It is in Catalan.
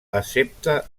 excepte